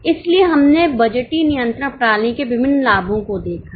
इसलिए हमने बजटीय नियंत्रण प्रणाली के विभिन्न लाभों को देखा है